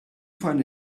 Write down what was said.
fan